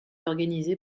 organisé